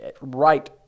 right